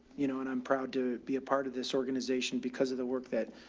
you know, and i'm proud to be a part of this organization because of the work that,